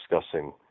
discussing